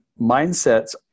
mindsets